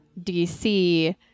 dc